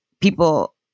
people